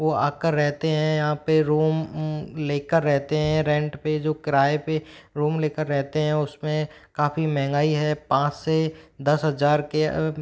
वो आकर रहते हैं यहाँ पे रोम लेकर रहते है रेंट पे जो किराए पे रूम लेकर रहते है उसमें काफ़ी महंगाई है पाँच से दस हजार के